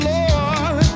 Lord